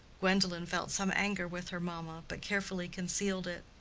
gwendolen felt some anger with her mamma, but carefully concealed it.